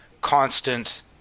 constant